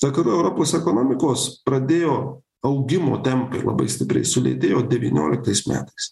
vakarų europos ekonomikos pradėjo augimo tempai labai stipriai sulėtėjo devynioliktais metais